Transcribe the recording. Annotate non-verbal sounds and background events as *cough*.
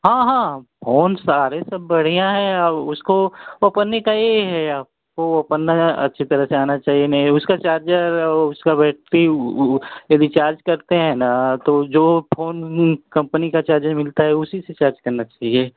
हाँ हाँ फोन सारे सब बढ़िया है और उसको *unintelligible* ये है आपको *unintelligible* अच्छे तरह से आना चाहिए नहीं उसका चार्जर और उसका बैटरि यदि चार्ज करते हें ना तो जो फोन कंपनी का चार्जर मिलता है उसी से चार्ज करना चाहिए